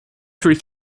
through